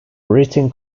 written